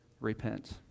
repent